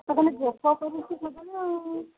ତୋତେ ତ ଭୋକ କରୁଛି ସବୁବେଳେ ଆଉ